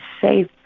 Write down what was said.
safe